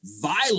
violent